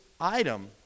item